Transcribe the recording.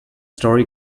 story